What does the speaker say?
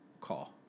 call